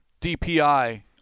DPI